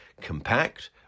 compact